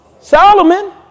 Solomon